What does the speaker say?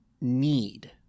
need